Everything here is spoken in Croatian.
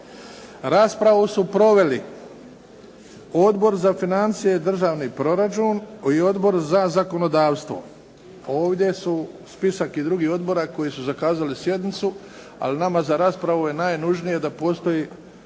Raspravu su proveli: Odbor za financije i državni proračun i Odbor za zakonodavstvo. Ovdje su spisak i drugih odbora koji su zakazali sjednicu, ali nama za raspravu je najnužnije da postoji,